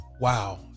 Wow